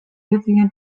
vivian